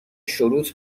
شروط